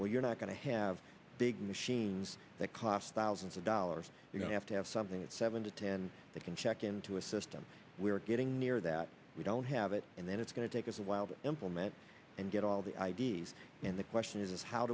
where you're not going to have big machines that cost thousands of dollars you have to have something that seven to ten that can check into a system we're getting near that we don't have it and then it's going to take us a while to implement and get all the i d s and the question is how